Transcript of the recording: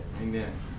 Amen